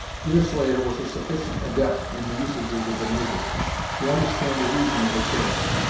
deerslayer was a sufficient adept in the usages of the natives to understand the reason of the change.